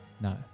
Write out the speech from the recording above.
No